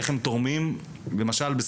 הוראת